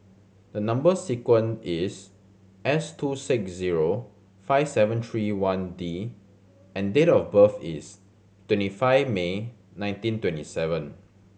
the number sequence is S two six zero five seven three one D and date of birth is twenty five May nineteen twenty seven